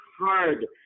hard